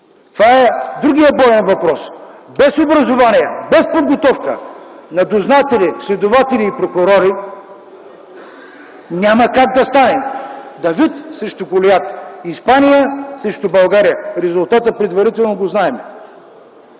Това е другият болен въпрос - без образование, без подготовка на дознатели, следователи и прокурори няма как да стане. Давид срещу Голиат, Испания срещу България – предварително знаем